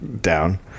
down